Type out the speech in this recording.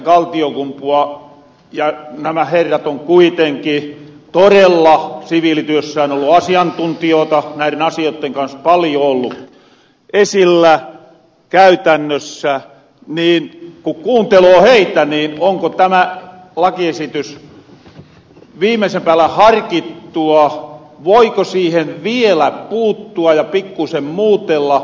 kaltiokumpua ja nämä herrat ovat kuitenkin torella siviilityössään olleet asiantuntijoita näiren asioitten kanssa paljon olleet esillä käytännössä niin onko tämä lakiesitys viimeisen päälle harkittua voiko siihen vielä puuttua ja pikkuisen muutella